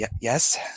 yes